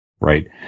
right